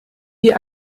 die